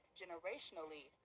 generationally